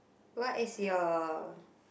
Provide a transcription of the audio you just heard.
what is your